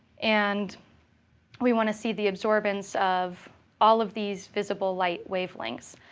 and we want to see the absorbance of all of these visible light wavelengths.